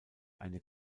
eine